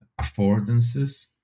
affordances